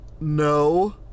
No